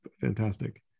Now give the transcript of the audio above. fantastic